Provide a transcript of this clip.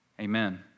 Amen